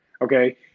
okay